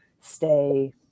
stay